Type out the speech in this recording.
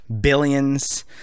billions